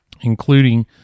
including